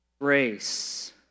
Grace